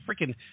freaking